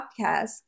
podcast